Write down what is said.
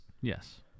Yes